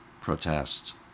protest